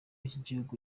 kigihugu